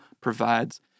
provides